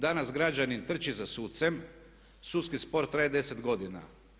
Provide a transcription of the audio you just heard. Danas građanin trči za sucem, sudski spor traje deset godina.